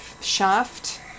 Shaft